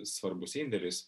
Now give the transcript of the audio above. svarbus indėlis